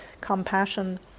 compassion